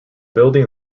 building